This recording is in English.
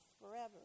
forever